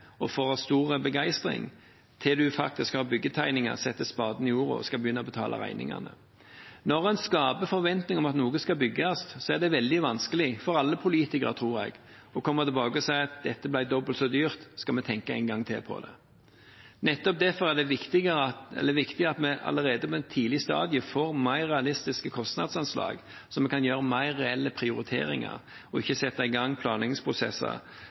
og får stor begeistring – til en faktisk har byggetegninger, setter spaden i jorda og skal begynne å betale regningene. Når en skaper forventninger om at noe skal bygges, tror jeg det er veldig vanskelig for alle politikere å komme tilbake og si at dette ble dobbelt så dyrt, vi må tenke en gang til på det. Nettopp derfor er det viktig at vi allerede på et tidlig stadium får mer realistiske kostnadsanslag, slik at vi kan gjøre mer reelle prioriteringer og ikke setter i gang planleggingsprosesser